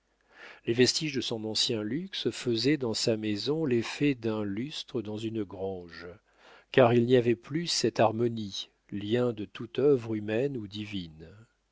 les vestiges de son ancien luxe faisaient dans sa maison l'effet d'un lustre dans une grange car il n'y avait plus cette harmonie lien de toute œuvre humaine ou divine